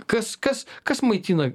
kas kas kas maitina